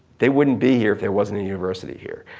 they wouldn't be here if there wasn't a university here.